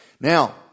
Now